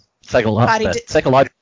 psychological